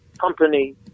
company